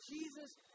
Jesus